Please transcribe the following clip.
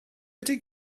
ydy